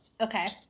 okay